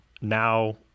now